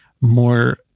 more